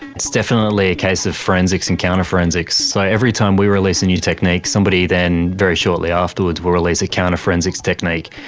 it's definitely a case of forensics and counter forensics. so every time we release a new technique, somebody and then very shortly afterwards will release a counter forensics technique,